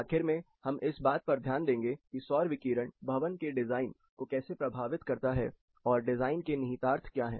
आखिर में हम इस बात पर ध्यान देंगे कि सौर विकिरण भवन के डिजाइन को कैसे प्रभावित करता है और डिजाइन के निहितार्थ क्या हैं